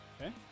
Okay